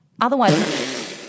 Otherwise